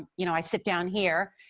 you know, i sit down here.